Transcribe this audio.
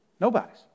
Nobody's